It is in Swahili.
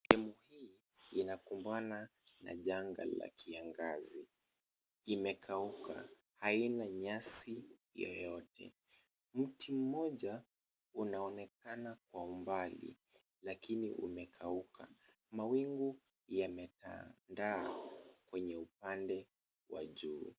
Eneo hii inakumbana na janga la kiangazi, imekuaka, haina nyasi yoyote. Mti mmoja unaonekana kwa umbali lakini umekauka. Mawingu yametandaa kwenye upande wa juu.